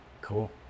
Cool